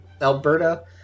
Alberta